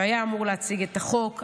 שהיה אמור להציג את החוק.